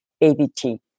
ABT